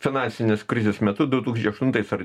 finansinės krizės metu du tūkstančiai aštuntais ar